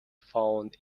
found